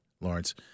Lawrence